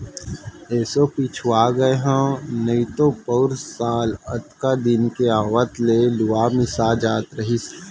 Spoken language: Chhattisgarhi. एसो पिछवा गए हँव नइतो पउर साल अतका दिन के आवत ले लुवा मिसा जात रहिस